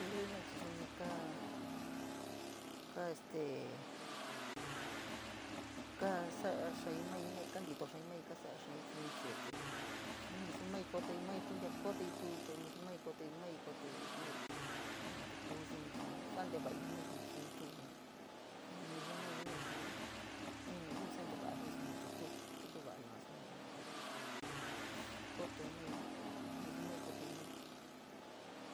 Jaa luli jinaíí chii suni kaa, kaa este kaa sa’a xááii maii jenaii, kantito xááíí maíí, kaa xa’aíí suni chii este mismu maíí kotoíí maíí tu ntia kotoíí, tu te mismu may, kotoíí jenaíí yua te kuu suni chii, nu sa’a te vaii maii te suni tu suni mismu maíí jenaii chii, in mayiu sa’anteva’a jiíí suni te tuu tu yoo va’a suni yua kua kootoi maii, mismu maiíí kostoi maii.